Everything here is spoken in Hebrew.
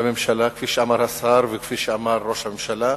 כפי שאמר השר וכפי שאמר ראש הממשלה,